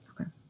Okay